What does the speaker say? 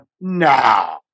no